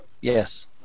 Yes